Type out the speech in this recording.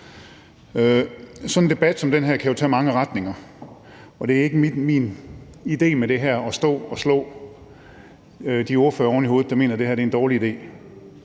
Sådan en debat som den her kan jo tage mange retninger, og det er ikke min idé med det her at stå og slå de ordførere, der mener, at det her er en dårlig idé,